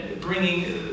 bringing